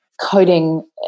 coding